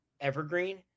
evergreen